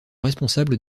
responsable